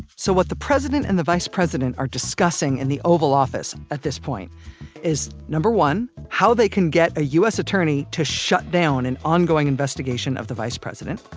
so, what the president and the vice president are discussing in the oval office at this point is, number one how they can get a u s. attorney to shutdown an ongoing investigation of the vice president.